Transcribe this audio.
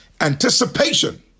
anticipation